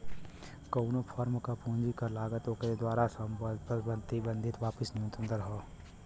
कउनो फर्म क पूंजी क लागत ओकरे द्वारा प्रबंधित वापसी क न्यूनतम दर हौ